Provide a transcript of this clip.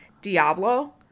Diablo